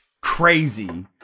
crazy